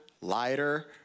lighter